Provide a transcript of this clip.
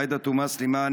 עאידה תומא סלימאן,